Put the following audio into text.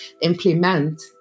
implement